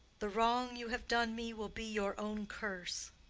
the wrong you have done me will be your own curse.